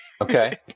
Okay